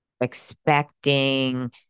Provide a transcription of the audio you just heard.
expecting